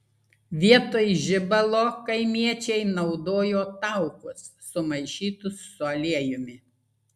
vietoj žibalo kaimiečiai naudojo taukus sumaišytus su aliejumi